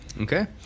Okay